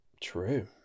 True